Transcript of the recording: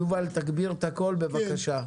יובל, תגביר את הקול, בבקשה.